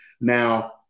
Now